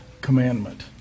commandment